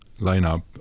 lineup